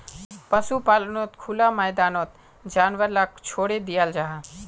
पशुपाल्नोत खुला मैदानोत जानवर लाक छोड़े दियाल जाहा